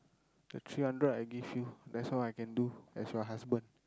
the three hundred I give you that's all I can do as your husband